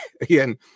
again